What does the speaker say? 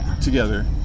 together